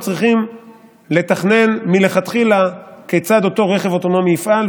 אבל עכשיו אנחנו צריכים לתכנן מלכתחילה כיצד אותו רכב אוטונומי יפעל,